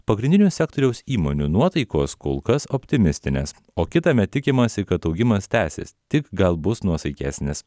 pagrindinių sektoriaus įmonių nuotaikos kol kas optimistinės o kitąmet tikimasi kad augimas tęsis tik gal bus nuosaikesnis